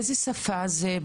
באיזו שפה?